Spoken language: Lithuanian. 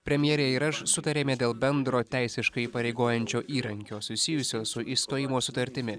premjerė ir aš sutarėme dėl bendro teisiškai įpareigojančio įrankio susijusiam su išstojimo sutartimi